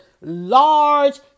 large